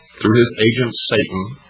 through his agent satan,